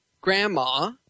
grandma